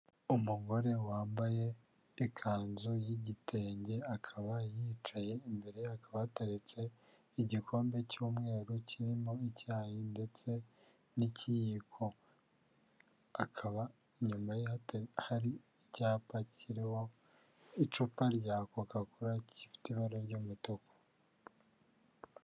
Umugore wambaye ikanzu y'igitenge, akaba yicaye, imbere ye hakaba hateretse igikombe cy'umweru kirimo icyayi, ndetse n'ikiyiko. Akaba inyuma ye hari icyapa kiririho icupa rya coca cola gifite ibara ry'umutuku.